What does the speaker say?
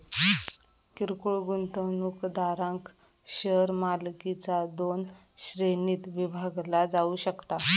किरकोळ गुंतवणूकदारांक शेअर मालकीचा दोन श्रेणींत विभागला जाऊ शकता